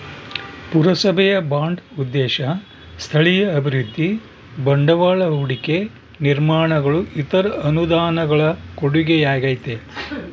ಪುರಸಭೆಯ ಬಾಂಡ್ ಉದ್ದೇಶ ಸ್ಥಳೀಯ ಅಭಿವೃದ್ಧಿ ಬಂಡವಾಳ ಹೂಡಿಕೆ ನಿರ್ಮಾಣಗಳು ಇತರ ಅನುದಾನಗಳ ಕೊಡುಗೆಯಾಗೈತೆ